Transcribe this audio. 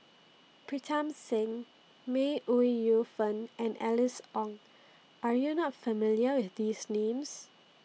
Pritam Singh May Ooi Yu Fen and Alice Ong Are YOU not familiar with These Names